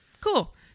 Cool